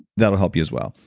that'll help you as well.